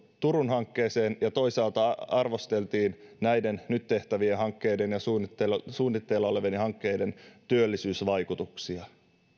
turun hankkeen yhteyteen ja toisaalta arvosteltiin näiden nyt tehtävien hankkeiden ja suunnitteilla olevien hankkeiden työllisyysvaikutuksia